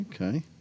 Okay